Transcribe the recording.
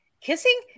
kissing